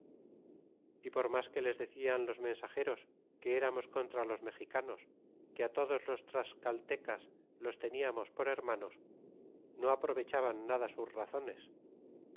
y por mas que les decian los mensageros que eramos contra los mexicanos que todos los tlascaltecas los teniamos por hermanos no aprovechaban nada sus razones